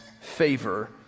favor